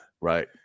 Right